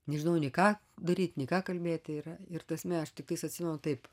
nežinau nei ką daryt nei ką kalbėti yra ir ta prasme aš tik atsimenu taip